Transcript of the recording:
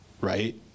right